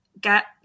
get